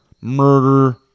murder